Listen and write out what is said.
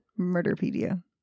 murderpedia